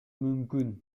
мүмкүн